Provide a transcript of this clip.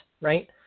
right